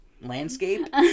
landscape